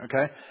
okay